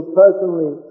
personally